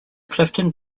clifton